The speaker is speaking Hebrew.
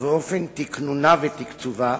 ואופן תקנונה ותקצובה,